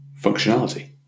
Functionality